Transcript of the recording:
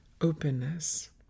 openness